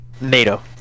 NATO